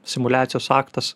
simuliacijos aktas